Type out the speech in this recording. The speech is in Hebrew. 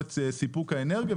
היכולת לספק אנרגיה,